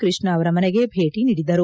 ಕ್ಬಷ್ಣಾ ಅವರ ಮನೆಗೆ ಭೇಟಿ ನೀಡಿದ್ದರು